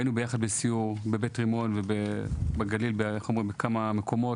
היינו יחד בסיור בבית רימון ובגליל בכמה מקומות,